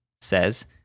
says